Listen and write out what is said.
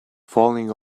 falling